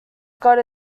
got